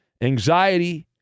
anxiety